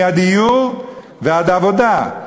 מהדיור ועד עבודה,